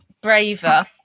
braver